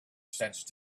sensed